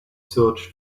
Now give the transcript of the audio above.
search